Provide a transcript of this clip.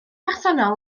personol